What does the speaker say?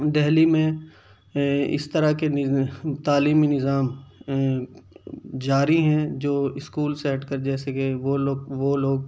دہلی میں اس طرح کے تعلیمی نظام جاری ہیں جو اسکول سے ہٹ کر جیسے کہ وہ لوگ وہ لوگ